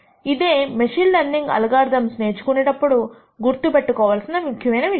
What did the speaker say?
ఇదే machine learning algorithms నేర్చుకునేటప్పుడు గుర్తుపెట్టుకోవాల్సిన ముఖ్యమైన విషయం